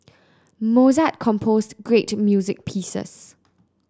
Mozart composed great music pieces